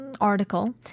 article